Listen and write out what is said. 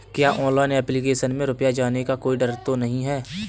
क्या online application में रुपया जाने का कोई डर तो नही है?